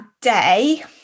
day